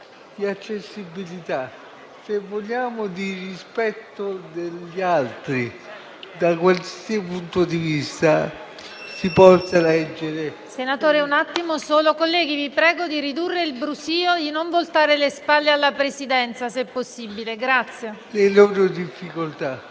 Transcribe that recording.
di accessibilità e, se vogliamo, di rispetto degli altri, da qualsiasi punto di vista si possa leggere. *(Brusio).*